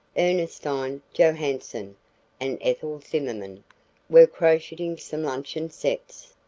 ernestine johanson and ethel zimmerman were crocheting some luncheon sets.